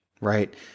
right